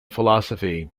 philosophy